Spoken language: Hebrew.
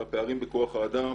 על הפערים בכוח האדם,